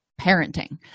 parenting